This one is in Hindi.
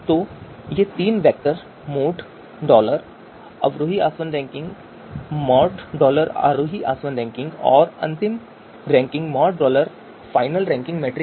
तो ये तीन वैक्टर मॉड डॉलर अवरोही आसवन रैंकिंग मॉड डॉलर आरोही आसवन रैंकिंग और अंतिम ranking mod dollar final ranking matrix हैं